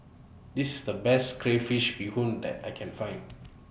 This IS The Best Crayfish Beehoon that I Can Find